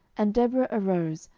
and deborah arose,